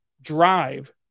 drive